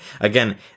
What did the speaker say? Again